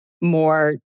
more